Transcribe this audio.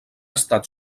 estat